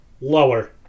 lower